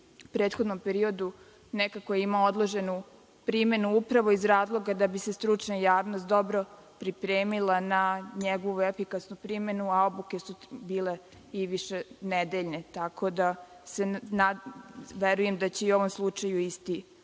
prethodnom periodu, nekako imao odloženu primenu, upravo iz razloga da bi se stručna javnost dobro pripremila na njegovu efikasnu primenu, a obuke su bile i višenedeljne. Tako da verujem da će i u vezi